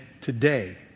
today